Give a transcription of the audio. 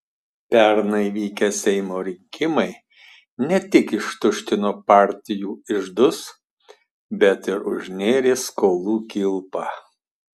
pernai vykę seimo rinkimai ne tik ištuštino partijų iždus bet ir užnėrė skolų kilpą